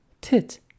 Tit